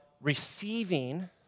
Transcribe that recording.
receiving